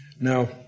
Now